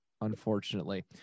unfortunately